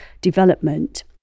Development